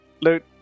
loot